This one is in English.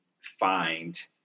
find